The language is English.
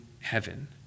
heaven